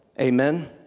Amen